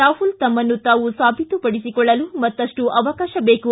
ರಾಹುಲ್ ತಮ್ಮನ್ನು ತಾವು ಸಾಬೀತುಪಡಿಸಿಕೊಳ್ಳಲು ಮತ್ತಪ್ಪು ಸಮಯ ಬೇಕು